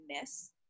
miss